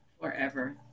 forever